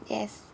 yes